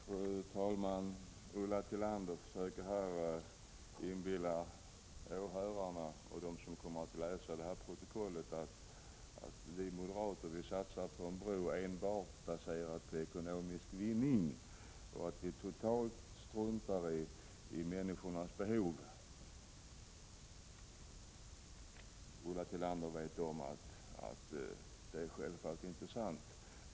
Fru talman! Ulla Tillander försöker här inbilla åhörarna och dem som kommer att läsa protokollet att moderaternas satsning på en bro enbart är baserad på ekonomisk vinning och att vi totalt struntar i människornas behov. Det är inte sant — Ulla Tillander vet om att det självfallet inte är så.